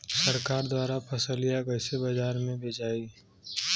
सरकार द्वारा फसलिया कईसे बाजार में बेचाई?